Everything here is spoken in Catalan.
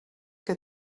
que